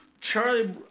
Charlie